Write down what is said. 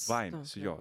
baimės jo